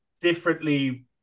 differently